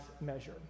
measure